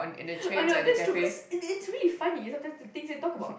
oh no that's true because it is really funny sometimes the things they talk about